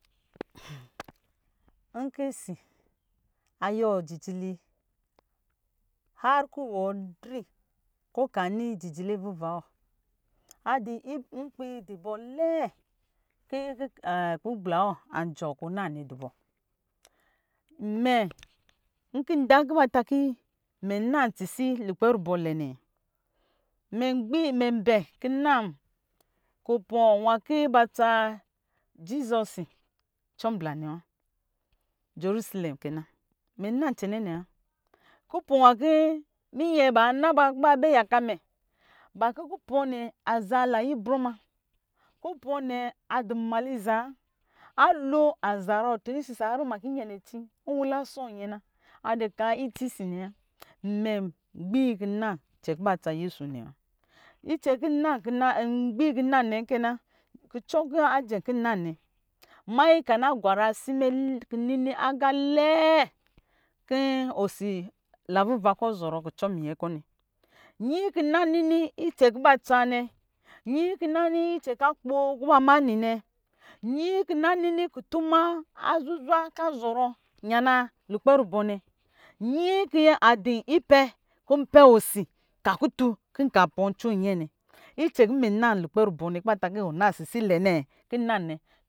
Nki si ayɔ ji jili kɔwɔ dri kɔ̄ ka ni jijili vuva wɔ nlpi dibɔ lɛɛ ki kugbla wɔ jɔ kɔ̄ na nɛ dibɔ, mɛ nkɔ ba ta kɔ̄ mɛ na cisi lukpɛ rubɔ̄ lɛ mɛ bɛ kɔ̄ nacɛ kɔ̄ ba tsa jizusi cɔmblanɛ wa, jɔrisɛle kɛna mɛ na cɛnɛ wa kupɔ nwa kɔ̄ mingɛ bana ba kɔ̄ ba bɛ yaka mɛ ba kɔ̄ kupɔ̄ nɛ aza na yi brɔ ma, kupɔ̄ nɛ adinmalizaa alo azarɔ tuu isisa ma kɔ̄ iyɛne, ci nwula sɔɔ nyɛ ma adi ka itsi si nɛ a, mɛ gbii kina ce ki ba tsa yesu nɛ wa, icɛ ngbi kina nɛ kɛ na, kucɔ kɔ̄ ajɛ kin na nɛ, mayi kɔ̄ ana gwara asimɛ lɛɛ lɛɛ kin osi lavuva kɔ̄ azɔrɔ kucɔ minyɛ kɔ̄ nɛ, nyi kina nini kɛ kuba tsanɛ, nyi kina nini icɛ kɔ̄ a kpo kuba mani nɛ, nyi kina nini kutu ma azuzwa ka zɔrɔu yana lukpɛ rubɔ̄ nɛ, nyi ki adiipɛ kɔ̄ npɛ osi ka kutu kɔ̄ nka pɔɔ nco nyee nɛ kɛ kin mɛ na lukpɛ rubɔ nɛ ki bo ta kinɛ wo nasisilɛnɛ kin na nɛ.